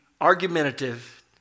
argumentative